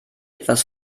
etwas